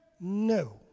no